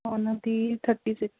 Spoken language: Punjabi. ਉਨ੍ਹਾਂ ਦੀ ਥਟੀ ਸਿਕਸ